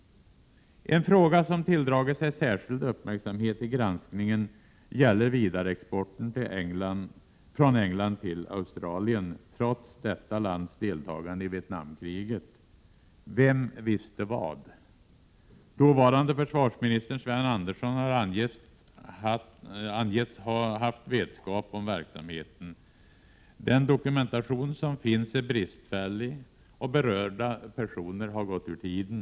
En fråga som tilldragit sig särskild uppmärksamhet i granskningen gäller Prot. 1987/88:132 vidareexporten från England till Australien, trots detta lands deltagande i 2 juni 1988 Vietnamkriget. Vem visste vad? Det har angetts att dåvarande försvarsminis É Granskning av statster Sven Andersson haft vetskap om verksamheten. Den dokumentation som a MA ÅN ERAN & E : rådens tjänsteutövning finns är bristfällig, och berörda personer har gått ur tiden.